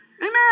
Amen